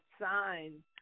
sign